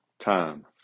time